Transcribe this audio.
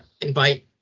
invite